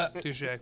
Touche